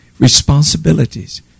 responsibilities